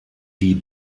die